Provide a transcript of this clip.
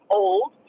old